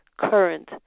current